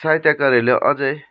साहित्यकारहरूले अझै